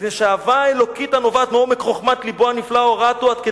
"מפני שהאהבה האלוקית הנובעת מעומק חוכמת לבו הנפלאה הורתהו עד,